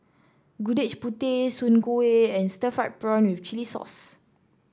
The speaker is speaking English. Gudeg Putih Soon Kueh and Stir Fried Prawn with Chili Sauce